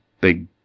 big